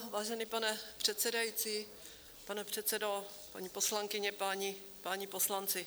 Vážený pane předsedající, pane předsedo, paní poslankyně, páni poslanci.